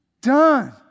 done